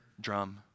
drum